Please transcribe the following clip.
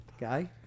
guy